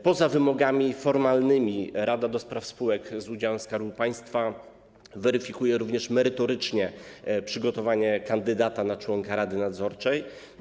Poza wymogami formalnymi Rada do spraw spółek z udziałem Skarbu Państwa weryfikuje również merytoryczne przygotowanie kandydata na członka rady nadzorczej.